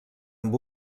amb